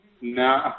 No